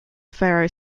pharaoh